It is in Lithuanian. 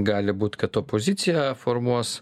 gali būt kad opozicija formuos